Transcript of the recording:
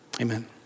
Amen